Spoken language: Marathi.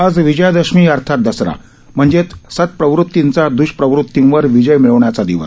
आज विजया दशमी अर्थात दसरा म्हणजेच सत्प्रवृतींचा द्वष्प्रवृतींवर विजय मिळवण्याचा दिवस